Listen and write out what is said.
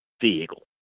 vehicle